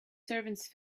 servants